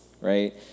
right